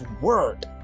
word